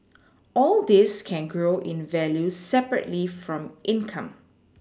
all these can grow in value separately from income